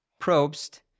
Probst